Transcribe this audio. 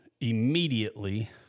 Immediately